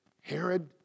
Herod